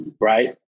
right